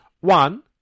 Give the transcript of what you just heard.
One